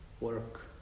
work